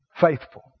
Faithful